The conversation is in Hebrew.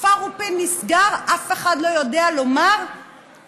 כפר רופין נסגר, אף אחד לא יודע לומר למה.